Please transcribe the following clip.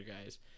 guys